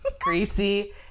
Greasy